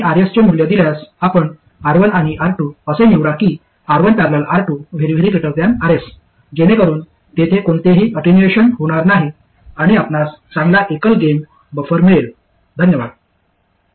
आणि Rs चे मूल्य दिल्यास आपण R1 आणि R2 असे निवडा की R1 ।। R2 Rs जेणेकरून तेथे कोणतेही अटेन्युएशन होनार नाही आणि आपणास चांगला एकल गेन बफर मिळेल